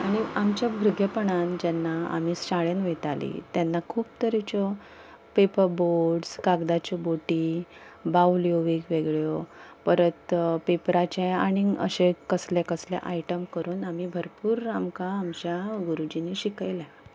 आनी आमच्या भुरगेपणान जेन्ना आमी शाळेन वयतालीं तेन्ना खूब तरेच्यो पेपर बोट्स कागदाच्यो बोटी बावल्यो वेगळ्योवेगळ्यो परत पेपराचें अशें कसलें कसलें आयटम करून आमी भरपूर आमकां आमच्या गुरुजींनी शिकयलां